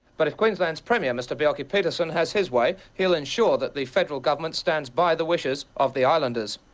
but if queensland's premier, mr bjelke-petersen has his way, he'll ensure that the federal government stands by the wishes of the islanders.